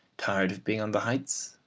tired of being on the heights,